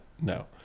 no